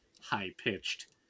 high-pitched